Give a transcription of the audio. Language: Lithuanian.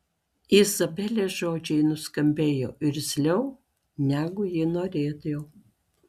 izabelės žodžiai nuskambėjo irzliau negu ji norėjo